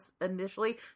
initially